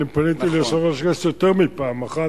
אני פניתי אל יושב-ראש הכנסת יותר מפעם אחת.